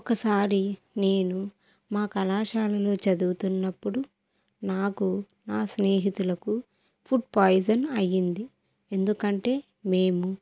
ఒకసారి నేను మా కళాశాలలో చదువుతున్నప్పుడు నాకు నా స్నేహితులకు ఫుడ్ పాయిజన్ అయ్యింది ఎందుకంటే మేము